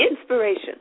inspiration